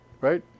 right